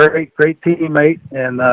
very great teammate. and ah,